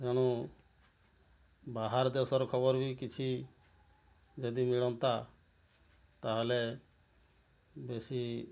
ଏଣୁ ବାହାର ଦେଶର ଖବର ବି କିଛି ଯଦି ମିଳନ୍ତା ତା ହେଲେ ବେଶୀ